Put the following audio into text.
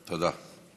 תודה.